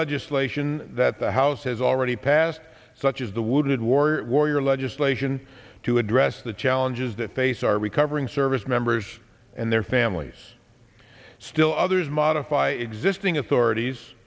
legislation that the house has already passed such as the wounded warrior warrior legislation to address the challenges that face our recovering service members and their families still others modify existing authorities